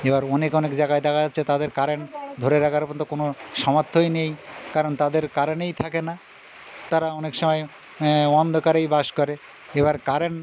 এবার অনেক অনেক জায়গায় দেখা যাচ্ছে তাদের কারেন্ট ধরে রাখার মতো কোনো সামর্থ্যই নেই কারণ তাদের কারেন্টই থাকে না তারা অনেক সময় অন্ধকারেই বাস করে এবার কারেন্ট